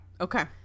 Okay